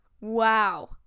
Wow